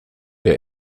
der